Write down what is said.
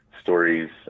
stories